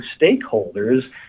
stakeholders